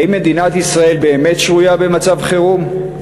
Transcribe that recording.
האם מדינת ישראל באמת שרויה במצב חירום?